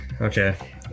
Okay